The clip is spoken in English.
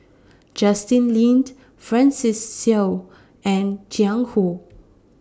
Justin Lean Francis Seow and Jiang Hu